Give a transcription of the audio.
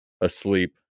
asleep